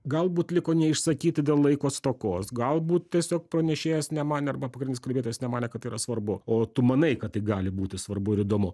galbūt liko neišsakyti dėl laiko stokos galbūt tiesiog pranešėjas nema arba pagrindinis kalbėtojas nemanė kad yra svarbu o tu manai kad tai gali būti svarbu ir įdomu